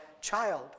child